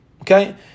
Okay